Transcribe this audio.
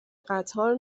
قطار